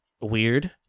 weird